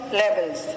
levels